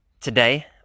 today